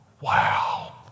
Wow